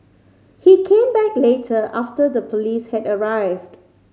he came back later after the police had arrived